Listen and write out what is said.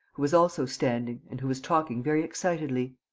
was also standing and who was talking very excitedly.